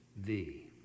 thee